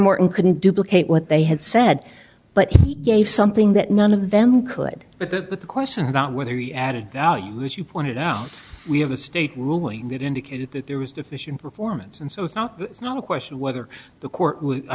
morton couldn't duplicate what they had said but he gave something that none of them could but the question about whether he added as you pointed out we have a state ruling that indicated that there was deficient performance and so it's not a question of whether the court i